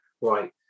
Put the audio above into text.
right